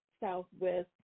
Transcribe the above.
Southwest